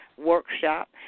workshop